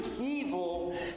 evil